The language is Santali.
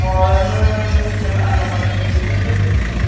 ᱦᱳᱭ ᱦᱩᱱᱟᱹᱝ ᱞᱤᱧ ᱪᱟᱞᱟᱜᱼᱟ ᱟᱫᱚ ᱚᱱᱟ ᱠᱷᱟᱹᱛᱤᱨ ᱞᱤᱧ ᱵᱩᱡᱷᱟᱹᱣ ᱧᱚᱜᱮᱫ ᱵᱤᱱᱟ